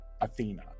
Athena